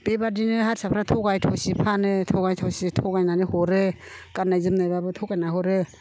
बेबायदिनो हारसाफ्रा थगाय थसि फानो थगाय थसि थगायनानै हरो गाननाय जोमनायबाबो थगायना हरो